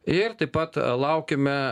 ir taip pat laukiame